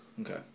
okay